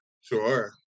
Sure